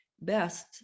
best